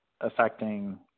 affecting